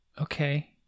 Okay